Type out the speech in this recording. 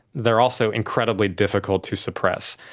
they are also incredibly difficult to suppress.